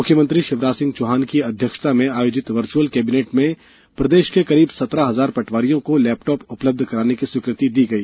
मुख्यमंत्री शिवराज सिंह चौहान की अध्यक्षता में आयोजित वर्चुअल कैबिनेट में प्रदेश के करीब सत्रह हजार पटवारियों को लैपटॉप उपलब्ध कराने की स्वीकृति दी गई